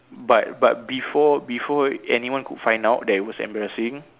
but but before before anyone could find out that is was embarrassing